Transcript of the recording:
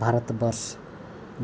Bharatvarsha